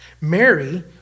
Mary